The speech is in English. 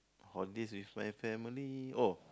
holidays with my family oh